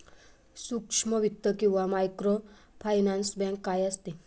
सूक्ष्म वित्त किंवा मायक्रोफायनान्स बँक काय असते?